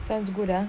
sounds good ah